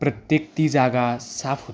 प्रत्येक ती जागा साफ होते